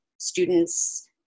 students